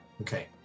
Okay